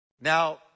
Now